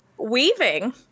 Weaving